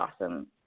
awesome